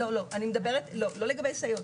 לא לגבי סייעות.